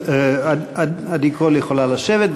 עדי קול יכולה לשבת.